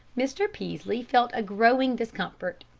mr. peaslee felt a growing discomfort.